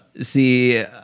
see